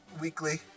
weekly